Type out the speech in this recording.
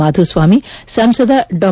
ಮಾದುಸ್ವಾಮಿ ಸಂಸದ ಡಾ